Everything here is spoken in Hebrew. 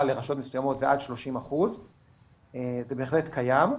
לרשויות מסוימות ועד 30%. זה בהחלט קיים.